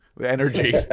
Energy